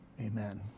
Amen